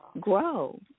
grow